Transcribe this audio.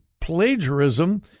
plagiarism